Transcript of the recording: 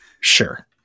Sure